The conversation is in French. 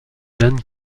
jan